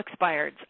expireds